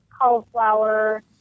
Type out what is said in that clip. cauliflower